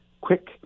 quick